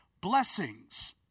Blessings